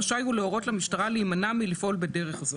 רשאי הוא להורות למשטרה להימנע מלפעול בדרך זו.